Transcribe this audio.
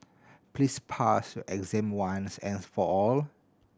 please pass your exam once and for all